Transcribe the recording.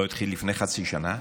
לא התחיל לפני חצי שנה,